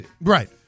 Right